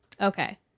okay